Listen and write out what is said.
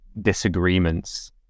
disagreements